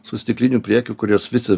su stikliniu priekiu kuriuos visi